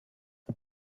det